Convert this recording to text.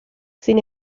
sin